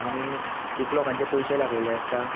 आनी खूब लोकांचे पयशे लागलले आसता